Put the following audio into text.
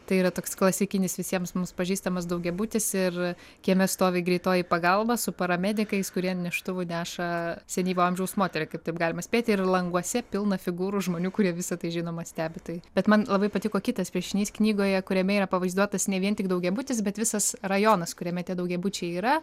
tai yra toks klasikinis visiems mums pažįstamas daugiabutis ir kieme stovi greitoji pagalba su paramedikais kurie neštuvu neša senyvo amžiaus moterį kaip taip galima spėti ir languose pilna figūrų žmonių kurie visa tai žinoma stebi tai bet man labai patiko kitas piešinys knygoje kuriame yra pavaizduotas ne vien tik daugiabutis bet visas rajonas kuriame tie daugiabučiai yra